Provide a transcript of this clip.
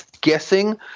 guessing